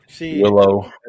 Willow